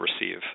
receive